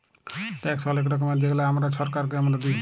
tax অলেক রকমের যেগলা আমরা ছরকারকে আমরা দিঁই